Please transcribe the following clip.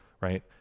right